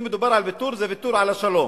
אם מדובר על ויתור, זה ויתור על השלום,